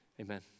amen